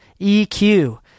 EQ